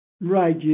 Right